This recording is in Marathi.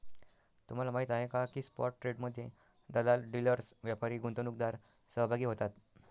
तुम्हाला माहीत आहे का की स्पॉट ट्रेडमध्ये दलाल, डीलर्स, व्यापारी, गुंतवणूकदार सहभागी होतात